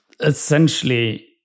essentially